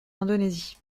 indonésie